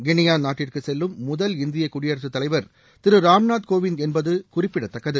கிளியா நாட்டிற்கு செல்லும் முதல் இந்திய குடியரசுத் தலைவர் திரு ராம்நாத் கோவிந்த் என்பது குறிப்பிடத்தக்கது